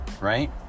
right